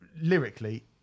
lyrically